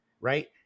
right